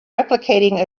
replicating